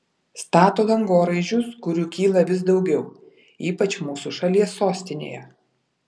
stato dangoraižius kurių kyla vis daugiau ypač mūsų šalies sostinėje